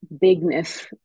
bigness